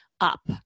up